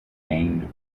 gained